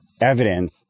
evidence